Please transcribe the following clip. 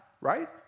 right